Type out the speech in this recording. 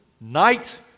night